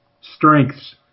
strengths